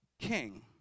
king